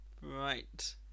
Right